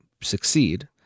succeed